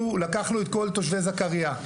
אנחנו לקחנו את כל תושבי זכרייה,